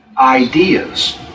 ideas